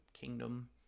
kingdom